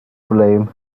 blame